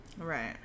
Right